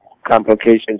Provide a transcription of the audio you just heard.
complications